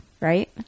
Right